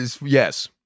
yes